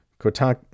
Kotak